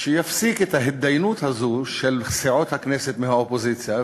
שיפסיק את ההתדיינות הזאת של סיעות הכנסת מהאופוזיציה,